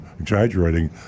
exaggerating